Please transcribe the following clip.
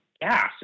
gas